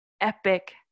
epic